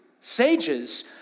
sages